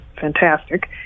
fantastic